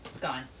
gone